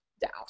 down